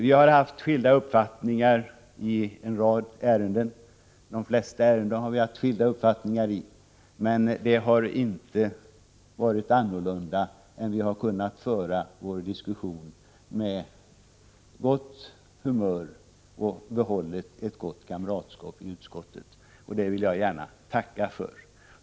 Vi har haft skilda uppfattningar i de flesta ärenden, men vi har fört diskussionen med gott humör och behållit ett gott kamratskap. Det vill jag gärna tacka för.